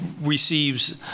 receives